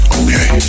okay